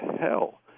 hell